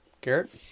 Garrett